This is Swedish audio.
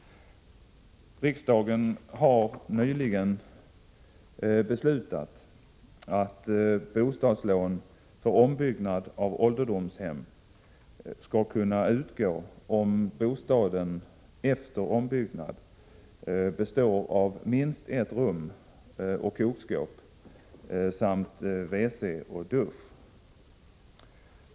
Riksdagen har nyligen fattat beslut om att bostadslån för ombyggnad av ålderdomshem skall kunna utgå om bostaden efter ombyggnad består av minst ett rum och kokskåp samt WC och dusch.